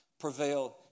prevail